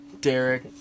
Derek